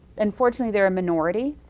unfortunately, they're a minority,